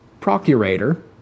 procurator